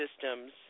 systems